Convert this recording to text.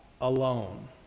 alone